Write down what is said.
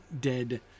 dead